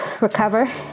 recover